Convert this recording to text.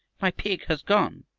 my pig has gone!